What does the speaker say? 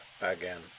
again